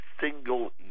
single